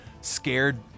scared